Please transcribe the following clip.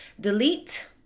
delete